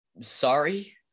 sorry